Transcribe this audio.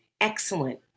Excellent